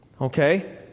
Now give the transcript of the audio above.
Okay